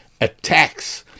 attacks